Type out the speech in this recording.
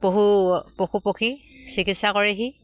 পশু পশুপক্ষী চিকিৎসা কৰেহি